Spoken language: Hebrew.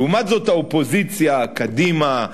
לעומת זאת, האופוזיציה, קדימה,